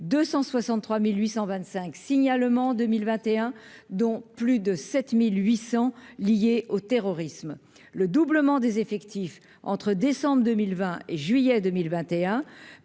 263825 signalements en 2021, dont plus de 7800 liés au terrorisme, le doublement des effectifs entre décembre 2000 20 juillet 2021